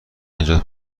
نجات